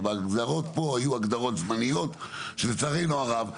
ההגדרות פה היו הגדרות זמניות שלצערנו הרב,